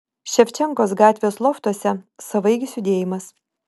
ševčenkos gatvės loftuose savaeigis judėjimas